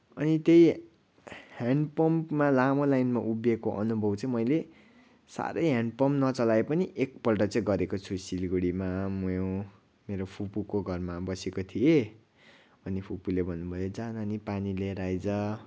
अनि त्यही ह्यान्ड पम्पमा लामो लाइनमा उभिएको अनुभव चाहिँ मैले साह्रै ह्यान्ड पम्प नचलाए पनि एकपल्ट चाहिँ गरेको छु सिलगढीमा म्यो मेरो फुपूको घरमा बसेको थिएँ अनि फुपूले भन्नुभयो जा नानी पानी लिएर आइज